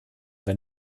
wenn